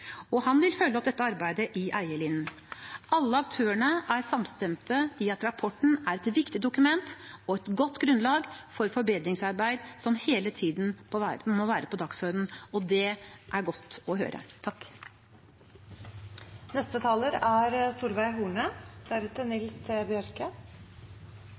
og han vil følge opp dette arbeidet i eierlinjen. Alle aktørene er samstemte i at rapporten er et viktig dokument og et godt grunnlag for forbedringsarbeid, som hele tiden må være på dagsordenen, og det er godt å høre.